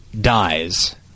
dies